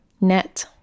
Net